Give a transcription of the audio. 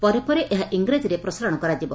ପରେ ପରେ ଏହା ଇଂରାଜୀରେ ପ୍ରସାରଶ କରାଯିବ